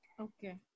Okay